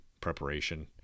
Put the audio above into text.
preparation